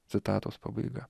citatos pabaiga